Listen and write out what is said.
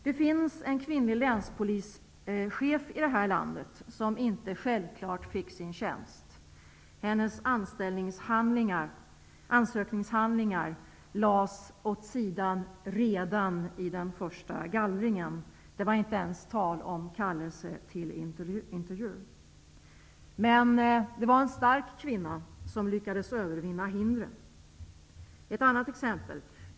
Det finns en kvinnlig länspolischef i det här landet, som inte självklart fick sin tjänst. Hennes ansökningshandlingar lades åt sidan redan i den första gallringen. Det var inte ens tal om kallelse till intervju. Men det var en stark kvinna, som lyckades övervinna hindren. Ett annat exempel.